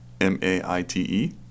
M-A-I-T-E